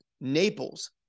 Naples